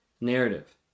narrative